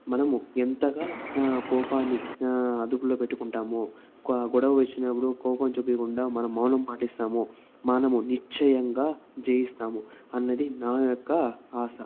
మనము ఎంతగా కోపాన్ని అదుపులో పెట్టుకుంటామో గొడవ వచ్చినప్పుడు కోపం చూపికుండా మన మౌనం పాటిస్తాము మనము నిశ్చయంగా జయిస్తాము అన్నది నా యొక్క ఆశ